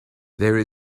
there